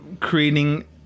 creating